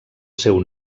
seu